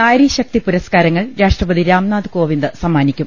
നാരീ ശക്തി പുരസ്കാര ങ്ങൾ രാഷ്ട്രപതി രാംനാഥ് കോവിന്ദ് സമ്മാനിക്കും